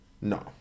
No